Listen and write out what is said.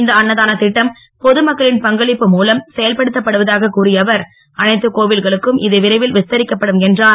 இந்த அன்னதானத் திட்டம் பொதுமக்களின் காணிக்கை மூலம் செயல்படுத்தப் படுவதாகக் கூறிய அவர் அனைத்து கோவில்களுக்கும் இது விரைவில் விஸ்தரிக்கப்படும் என்றுர்